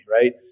Right